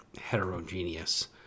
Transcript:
heterogeneous